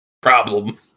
problem